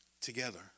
together